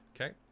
okay